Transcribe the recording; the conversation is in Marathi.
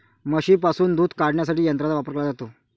म्हशींपासून दूध काढण्यासाठी यंत्रांचा वापर केला जातो